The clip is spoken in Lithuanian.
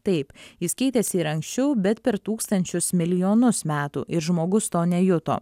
taip jis keitėsi ir anksčiau bet per tūkstančius milijonus metų ir žmogus to nejuto